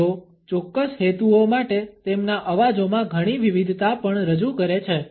તેઓ ચોક્કસ હેતુઓ માટે તેમના અવાજોમાં ઘણી વિવિધતા પણ રજૂ કરે છે